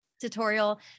tutorial